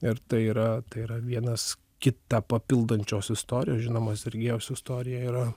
ir tai yra tai yra vienas kitą papildančios istorijos žinoma sergiejaus istorija yra